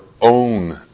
own